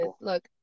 look